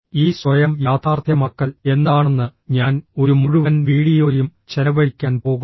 ഈ സ്വയം യാഥാർത്ഥ്യമാക്കൽ എന്താണെന്ന് ഞാൻ ഒരു മുഴുവൻ വീഡിയോയും ചെലവഴിക്കാൻ പോകുന്നു